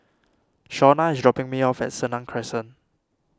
Shawnna is dropping me off at Senang Crescent